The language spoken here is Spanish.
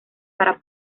para